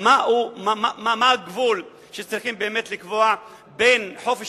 מה הגבול שצריכים באמת לקבוע בין חופש